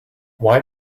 why